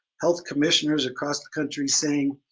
health commissioner's across the country saying,